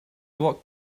what